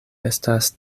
estas